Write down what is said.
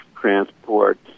transport